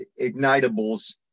ignitables